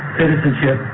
citizenship